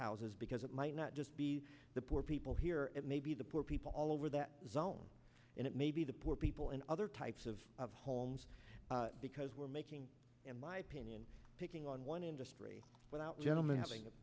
houses because it might not just be the poor people here it may be the poor people all over that zone and it may be the poor people in other types of of homes because we're making in my opinion taking on one industry without gentlemen having